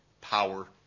power